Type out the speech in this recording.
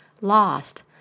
lost